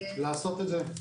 לעשות את זה.